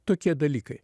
tokie dalykai